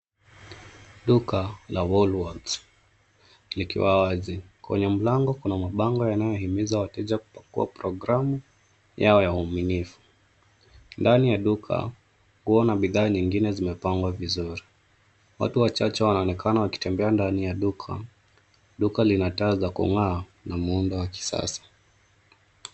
Duka la Woolworths, likiwa wazi. Kwenye mlango kuna mabango yanayohimiza wateja kupakua programu yao ya uaminifu. Ndani ya duka nguo na bidhaa zingine zimepangwa vizuri. Watu wachache wanaonekana wakitembea ndani ya duka. Duka lina taa za kung'aa na muundo wa kisasa.